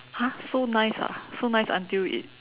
!huh! so nice ah so nice until it